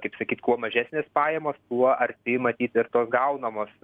kaip sakyt kuo mažesnės pajamos tuo arti matyt ir tos gaunamos